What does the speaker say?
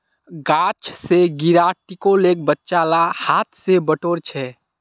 गाछ स गिरा टिकोलेक बच्चा ला हाथ स बटोर छ